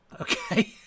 Okay